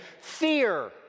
fear